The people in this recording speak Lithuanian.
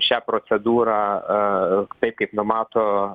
šią procedūrą taip kaip numato